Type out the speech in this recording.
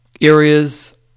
areas